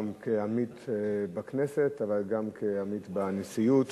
גם כעמית בכנסת אבל גם כעמית בנשיאות.